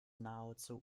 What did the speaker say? nahezu